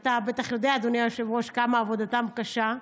ואתה בטח יודע, אדוני היושב-ראש, כמה עבודתם קשה,